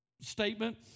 statement